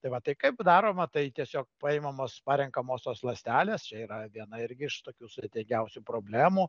tai va tai kaip daroma tai tiesiog paimamos parenkamos tos ląstelės yra viena irgi iš tokių sudėtingiausių problemų